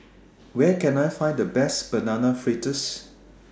Where Can I Find The Best Banana Fritters